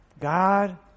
God